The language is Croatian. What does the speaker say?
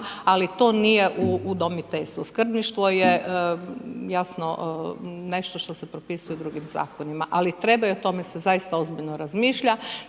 ali to nije u udomiteljstvu. Skrbništvo je jasno nešto što se propisuje drugim zakonima, ali treba i o tome se zaista ozbiljno razmišlja.